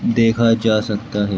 دیکھا جا سکتا ہے